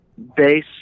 base